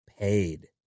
paid